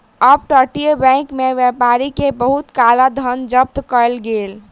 up तटीय bank में व्यापारी के बहुत काला धन जब्त कएल गेल